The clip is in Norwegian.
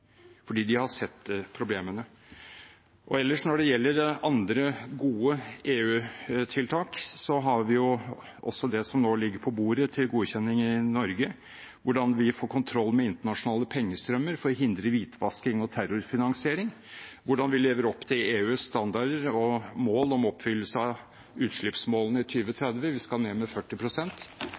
fordi de har sett problemene. Når det gjelder andre gode EU-tiltak, har vi også det som nå ligger på bordet til godkjenning i Norge, om hvordan vi får kontroll med internasjonale pengestrømmer for å hindre hvitvasking og terrorfinansiering, og hvordan vi lever opp til EUs standarder og mål om oppfyllelse av utslippsmålene i 2030 – vi skal ned med